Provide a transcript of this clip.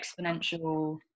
exponential